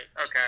okay